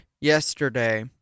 yesterday